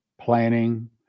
planning